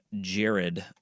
Jared